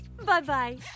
Bye-bye